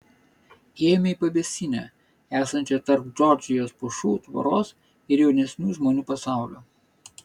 ėjome į pavėsinę esančią tarp džordžijos pušų tvoros ir jaunesnių žmonių pasaulio